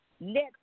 let